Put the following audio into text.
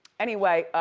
anyway,